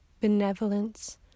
benevolence